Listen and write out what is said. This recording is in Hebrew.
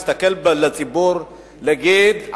להסתכל לציבור ולהגיד,